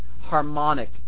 harmonic